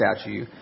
statue